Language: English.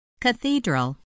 Cathedral